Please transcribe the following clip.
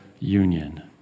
Union